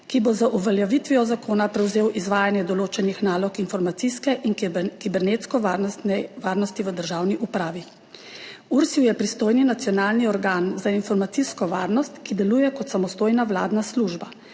ki bo z uveljavitvijo zakona prevzel izvajanje določenih nalog informacijske in kibernetsko-varnostne varnosti v državni upravi. URSIV je pristojni nacionalni organ za informacijsko varnost, ki deluje kot samostojna vladna služba.